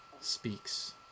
speaks